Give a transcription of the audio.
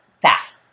fast